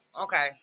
Okay